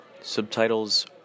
Subtitles